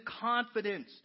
confidence